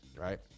right